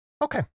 Okay